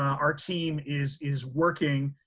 our team is is working